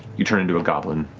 you turn into a goblin.